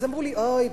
אז אמרו לי: אוי,